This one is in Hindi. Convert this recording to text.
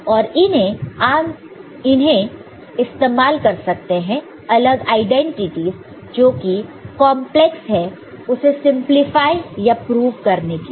और इन्हें आम इस्तेमाल कर सकते हैं अलग आइडेंटिटी जो कि कॉन्प्लेक्स है उसे सिंपलीफाई या प्रूव करने के लिए